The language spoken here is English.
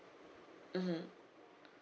mmhmm